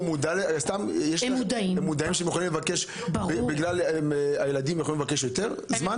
הם מודעים שבגלל הילדים הם יכולים לבקש יותר זמן?